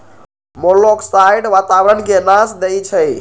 मोलॉक्साइड्स वातावरण के नाश देई छइ